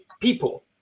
people